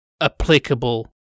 applicable